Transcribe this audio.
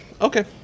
Okay